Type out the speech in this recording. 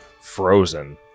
frozen